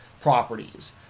properties